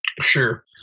Sure